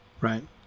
Right